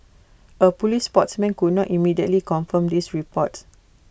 A Police spokesman could not immediately confirm these reports